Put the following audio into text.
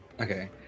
okay